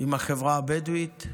עם החברה הבדואית.